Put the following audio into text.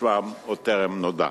ושמם עוד טרם נודע.